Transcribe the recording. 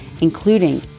including